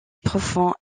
profond